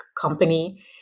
company